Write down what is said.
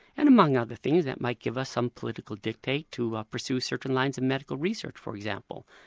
and among other things, that might give us some political dictate to ah pursue certain lines of medical research for example,